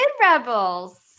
Rebels